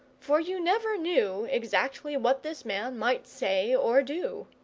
for you never knew exactly what this man might say or do.